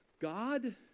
God